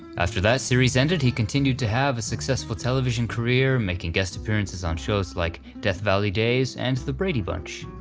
after that series ended he continued to have a successful television career making guest appearances on shows like death valley days, and the brady bunch.